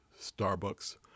Starbucks